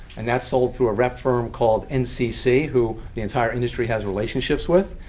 and that's sold through a rep firm called ncc, who the entire industry has relationships with.